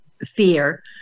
fear